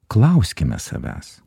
klauskime savęs